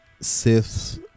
sith